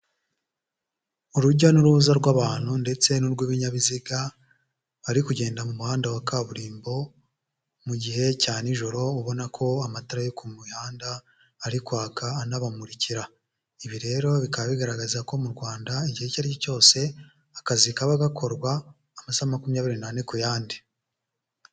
Urujya n'uruza rw'abantu ndetse n'urw'ibinyabiziga, bari kugenda mu muhanda wa kaburimbo mu gihe cya nijoro ubona ko amatara yo ku muhanda ari kwaka anabamurikira, ibi rero bikaba bigaragaza ko mu Rwanda igihe icyo ari cyo cyose akazi kaba gakorwa amasaha makumyabiri n'ane ku yandi.